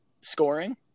scoring